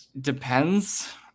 Depends